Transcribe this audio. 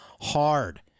hard